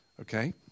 okay